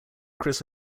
chris